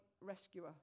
rescuer